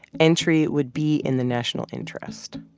entry would be in the national interest.